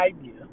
idea